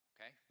Okay